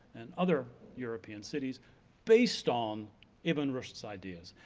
and other european cities based on ibn rushd's ideas.